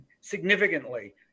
significantly